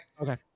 Okay